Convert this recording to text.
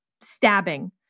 stabbing